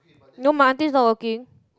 no my aunty is not working